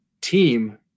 team